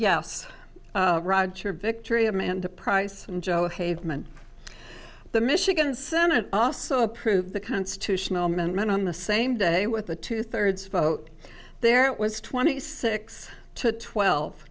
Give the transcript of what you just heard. yes roger victory amanda price and joe hagan the michigan senate also approved the constitutional amendment on the same day with a two thirds vote there it was twenty six to twelve